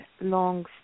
long